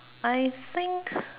I think